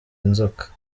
inzoka